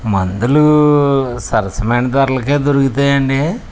మందులు సరసమైన ధరలకే దొరుకుతాయి అండి